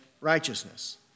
righteousness